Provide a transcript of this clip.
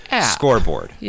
scoreboard